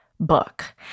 book